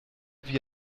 wie